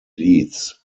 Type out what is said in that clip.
leeds